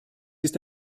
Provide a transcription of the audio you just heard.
ist